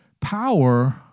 Power